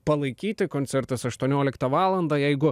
palaikyti koncertas aštuonioliktą valandą jeigu